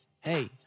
Hey